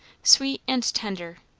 sweet and tender,